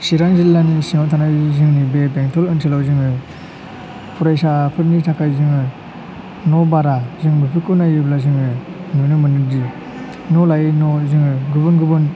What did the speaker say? चिरां जिल्लानि सिङाव थानाय जोंनि बे बेंटल आनसोलाव जोङो फरायसाफोरनि थाखाय जोङो न' भारा जों बेफोरखौ नायोब्ला जोङो नुनो मोनोदि न' लायै न' जोङो गुबुन गुबुन